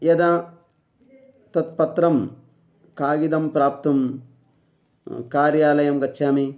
यदा तत्पत्रं कागदं प्राप्तुं कार्यालयं गच्छामि